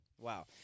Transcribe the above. Wow